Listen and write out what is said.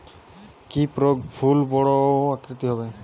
কি প্রয়োগে ফুল বড় আকৃতি হবে?